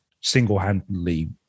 single-handedly